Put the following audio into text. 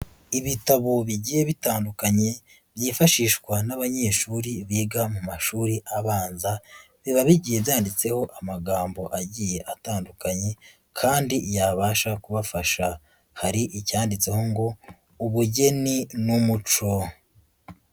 Ibitabo bigiye bitandukanye byifashishwa n'abanyeshuri biga mu mashuri abanza, biba bigiye byanditseho amagambo agiye atandukanye, kandi yabasha kubafasha, hari icyanditseho ngo "ubugeni n'umuco".